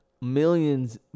Millions